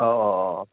अह अह अह